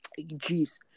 Jeez